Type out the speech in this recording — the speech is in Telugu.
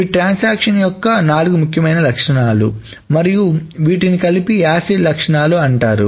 ఇవి ట్రాన్సాక్షన్ యొక్క నాలుగు ముఖ్యమైన లక్షణాలు మరియు వీటిని కలిపి యాసిడ్ లక్షణాలు అంటారు